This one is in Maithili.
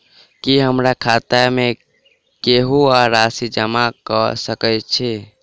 की हमरा खाता मे केहू आ राशि जमा कऽ सकय छई?